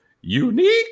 unique